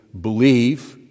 believe